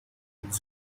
with